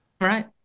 right